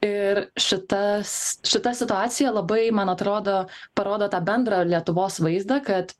ir šitas šita situacija labai man atrodo parodo tą bendrą lietuvos vaizdą kad